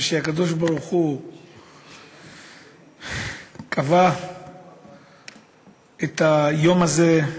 וכשהקדוש-ברוך-הוא קבע את היום הזה,